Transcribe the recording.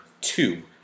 two